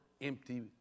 empty